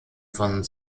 von